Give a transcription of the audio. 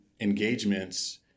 engagements